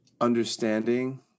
understanding